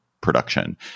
production